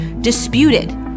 disputed